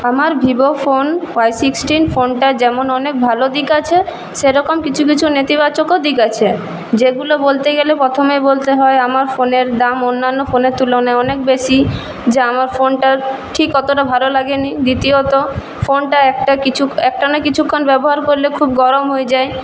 আমার Vivo phone Y sixteen ফোনটার যেমন অনেক ভালো দিক আছে সেরকম কিছু কিছু নেতিবাচকও দিক আছে যেগুলো বলতে গেলে প্রথমে বলতে হয় আমার ফোনের দাম অন্যান্য ফোনের তুলনায় অনেক বেশি যা আমার ফোনটার ঠিক অতোটা ভালো লাগেনি দ্বিতীয়ত ফোনটা একটা কিছু একটানা কিছুক্ষণ ব্যবহার করলে খুব গরম হয়ে যায়